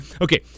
okay